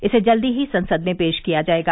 इसे जल्दी संसद में पेश किया जाएगा